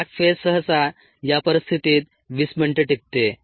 lag phase सहसा या परिस्थितीत 20 मिनिटे टिकते